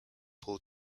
paul